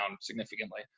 significantly